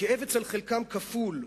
הכאב אצל חלקם כפול,